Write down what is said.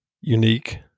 unique